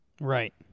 Right